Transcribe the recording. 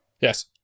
Yes